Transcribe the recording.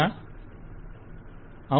client అవును